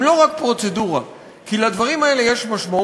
הם לא רק פרוצדורה כי לדברים האלה יש משמעות.